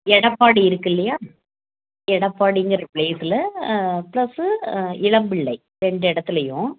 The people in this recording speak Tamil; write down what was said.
எடப்பாடி இருக்குதுல்லையா எடப்பாடிங்கிற ப்ளேஸில் ப்ளஸ்ஸு இளம்பிள்ளை ரெண்டு இடத்துலையும்